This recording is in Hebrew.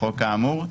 חשבון.